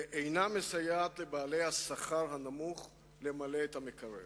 ואינה מסייעת לבעלי השכר הנמוך למלא את המקרר.